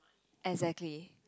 exactly